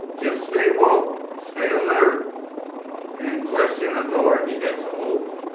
just stay woke, stay alert and question authority. that's a old